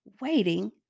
waiting